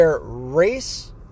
race